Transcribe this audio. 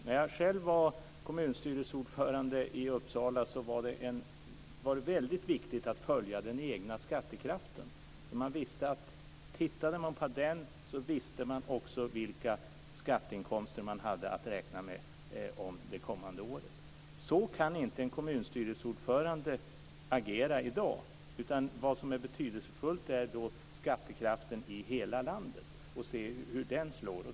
När jag själv var kommunstyrelseordförande i Uppsala var det väldigt viktigt att följa den egna skattekraften. Man visste att om man tittade på den visste man också vilka skatteinkomster man hade att räkna med det kommande året. Så kan inte en kommunstyrelseordförande agera i dag. Vad som är betydelsefullt är skattekraften i hela landet och hur den slår.